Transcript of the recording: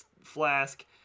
flask